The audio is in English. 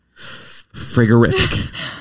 frigorific